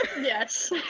Yes